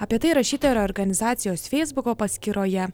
apie tai rašyta ir organizacijos feisbuko paskyroje